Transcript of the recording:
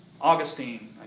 Augustine